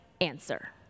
answer